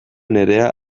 nerea